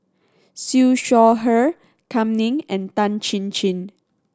Siew Shaw Her Kam Ning and Tan Chin Chin